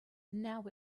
now